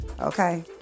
Okay